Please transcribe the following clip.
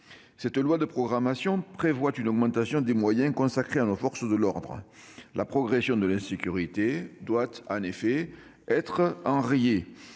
lecture il y a peu. Ce texte prévoit une augmentation des moyens consacrés à nos forces de l'ordre. La progression de l'insécurité doit en effet être enrayée.